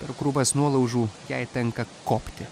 ir krūvas nuolaužų jai tenka kopti